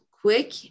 quick